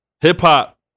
hip-hop